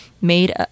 made